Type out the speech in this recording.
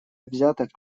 взяток